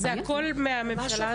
זה הכול מהממשלה הזאת.